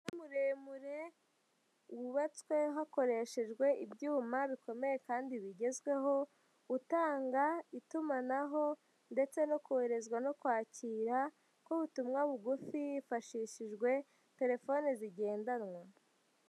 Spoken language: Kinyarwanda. Umunara muremure, wubatswe hakoreshejwe ibyuma bikomeye, kandi bigezweho, utanga itumanaho, ndetse no kohereza no kwakira k'ubutumwa bugufi, hifashishijwe telefoni zigendanwa.